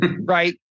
right